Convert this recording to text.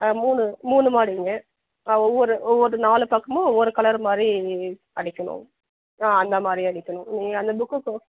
ஆ மூணு மூணு மாடிங்க ஆ ஒவ்வொரு ஒவ்வொரு நாலு பக்கமும் ஒவ்வொரு கலர் மாதிரி அடிக்கணும் ஆ அந்த மாதிரி அடிக்கணும் நீ அந்த புக்கு கொ